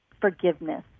forgiveness